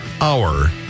hour